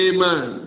Amen